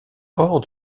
hors